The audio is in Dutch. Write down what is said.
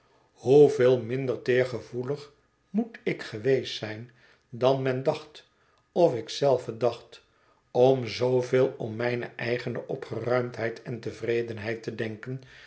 hoeveel minder teergevoelig moet ik geweest zijn dan men dacht of ik zelve dacht om zooveel om mijne eigene opgeruimdheid en tevredenheid te denken